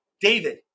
David